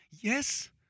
Yes